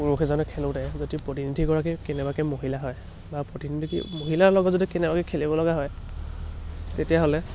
পুৰুষ এজনে খেলোঁতে যদি প্ৰতিনিধিগৰাকী কেনেবাকৈ মহিলা হয় বা প্ৰতিনিধি মহিলাৰ লগত যদি কেনেবাকৈ খেলিব লগা হয় তেতিয়াহ'লে